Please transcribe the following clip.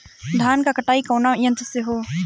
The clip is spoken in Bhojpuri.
धान क कटाई कउना यंत्र से हो?